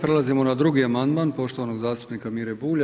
Prelazimo na drugi amandman poštovanog zastupnika Mire Bulja.